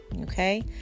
Okay